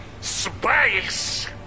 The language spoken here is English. Space